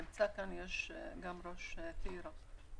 נמצא כאן גם ראש עיריית טירה.